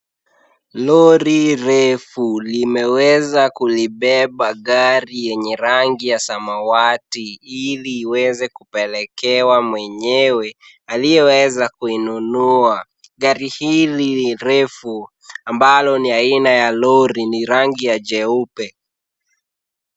Lori refu limeweza kulibeba gari yenye rangi ya samawati ili iweze kupelekewa mwenyewe aliyeweza kuinunua. Gari hili ni refu ambalo ni aina ya lori ni rangi ya jeupe.